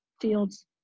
Fields